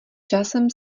časem